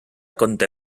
conté